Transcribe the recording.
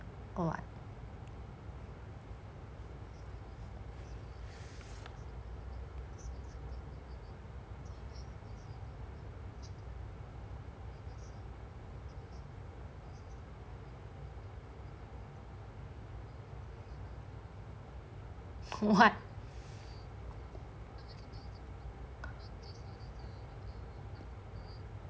or what what